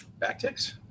Backticks